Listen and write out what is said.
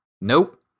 Nope